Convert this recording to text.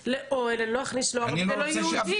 לאוהל אני לא אכניס לא ערבי ולא יהודי.